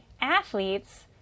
athletes